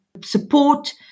support